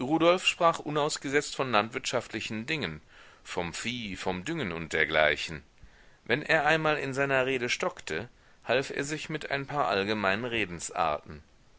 rudolf sprach unausgesetzt von landwirtschaftlichen dingen vom vieh vom düngen und dergleichen wenn er einmal in seiner rede stockte half er sich mit ein paar allgemeinen redensarten